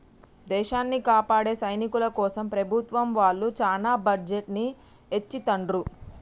దేశాన్ని కాపాడే సైనికుల కోసం ప్రభుత్వం వాళ్ళు చానా బడ్జెట్ ని ఎచ్చిత్తండ్రు